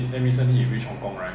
in hong-kong